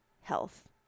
health